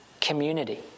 community